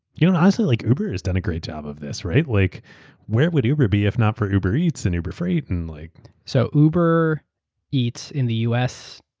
yeah and honestly, like uber has done a great job of this. like where would uber be if not for uber eats and uber freight? and like so uber eats in the us,